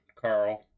Carl